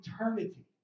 eternity